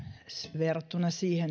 viidennenkymmenennen verrattuna siihen